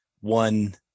one